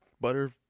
butter